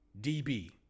db